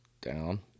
down